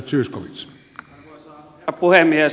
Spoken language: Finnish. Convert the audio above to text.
arvoisa herra puhemies